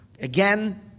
Again